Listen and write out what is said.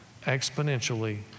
exponentially